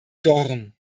dorn